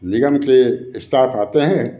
निगम के इस्टाफ आते हैं